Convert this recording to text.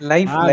Life